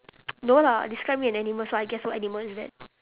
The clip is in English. no lah describe me an animal so I guess what animal is that